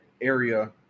area